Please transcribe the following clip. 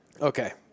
Okay